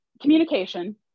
communication